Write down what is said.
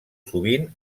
sovint